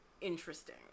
interesting